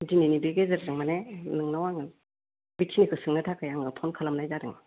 दिनैनि बे गेजेरजों माने नोंनाव आङो बेखिनिखौ सोंनो थाखाय आङो फन खालामनाय जादों